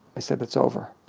i said it's over.